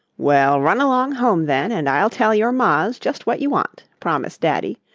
well, run along home then, and i'll tell your mas just what you want, promised daddy.